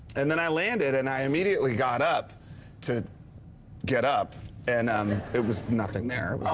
and then i landed and i immediately got up to get up. and um it was nothing there.